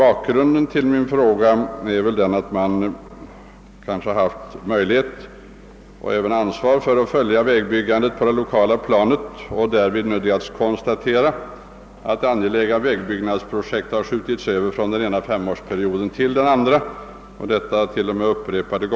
Anledningen till min fråga är att jag haft möjlighet att följa och haft ansvar för vägbyggandet på det lokala planet. Därvid har jag nödgats konstatera att angelägna vägprojekt upprepade gånger skjutits över från den ena femårsperioden till den andra just i brist på medel.